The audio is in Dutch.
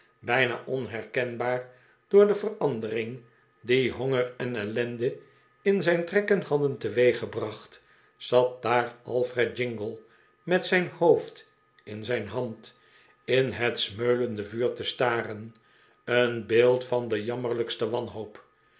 bijna onherkenbaar door de verandering die honger en ellende in zijn trekken hadden teweeggebracht zat daar alfred jingle met zijn hoofd in zijn hand in het smeulende vuur te staren een beeld van de jammerlijkste wanhoop